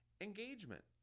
engagement